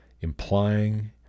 implying